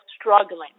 struggling